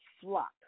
flock